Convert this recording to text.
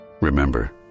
remember